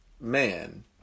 man